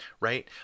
right